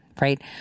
right